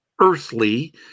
earthly